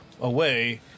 away